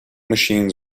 machines